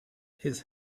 his